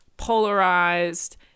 polarized